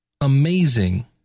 amazing